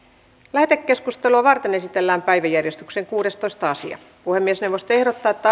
lähetekeskustelua varten esitellään päiväjärjestyksen kuudestoista asia puhemiesneuvosto ehdottaa että